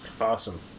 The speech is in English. Awesome